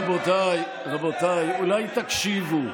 רבותיי, אולי תקשיבו?